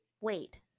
Wait